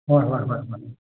ꯍꯣꯏ ꯍꯣꯏ ꯍꯣꯏ ꯍꯣꯏ